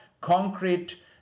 concrete